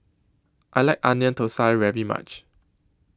I like Onion Thosai very much